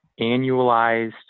annualized